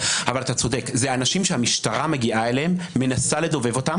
זה אנשים שהמשטרה מגיעה אליהם, מנסה לדובב אותם.